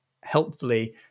helpfully